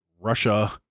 Russia